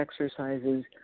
exercises